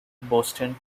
boston